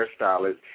hairstylist